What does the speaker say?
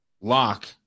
lock